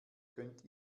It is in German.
könnt